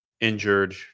injured